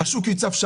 השוק יוצף.